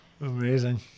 amazing